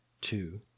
two